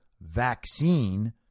vaccine